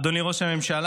אדוני ראש הממשלה,